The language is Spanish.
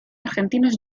argentinos